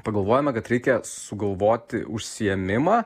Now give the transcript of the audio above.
pagalvojome kad reikia sugalvoti užsiėmimą